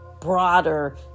broader